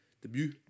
Debut